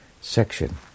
section